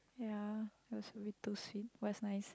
ya it was a bit too sweet but it's nice